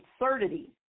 absurdity